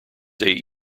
eight